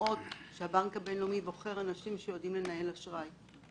מראים שהבנק הבינלאומי בוחר אנשים שיודעים לנהל אשראי.